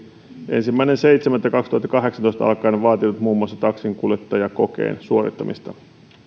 ensimmäinen seitsemättä kaksituhattakahdeksantoista alkaen vaadittu muun muassa taksinkuljettajakokeen suorittamista